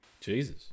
Jesus